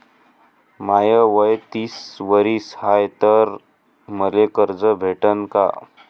माय वय तीस वरीस हाय तर मले कर्ज भेटन का?